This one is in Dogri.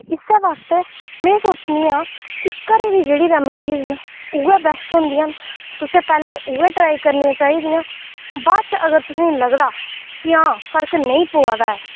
इस्सै आस्तै में सोचनी आं कि घरै दी जेहड़ी रेमिडीस न उ'ऐ बैस्ट होंदियां न तुसें पैह्लें उ'ऐ ट्राई करनी चाहिदियां बाद च अगर तुसें गी लगदा कि हां फर्क नेईं पवै दा ऐ